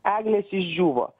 eglės išdžiūvo